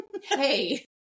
Hey